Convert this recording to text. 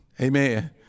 Amen